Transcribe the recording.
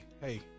hey